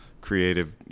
creative